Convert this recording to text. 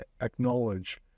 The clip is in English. acknowledge